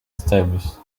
stables